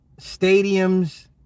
stadiums